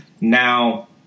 Now